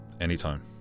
Anytime